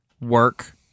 work